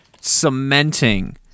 cementing